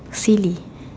silly